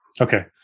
Okay